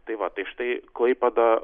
tai va tai štai klaipėda